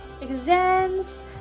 exams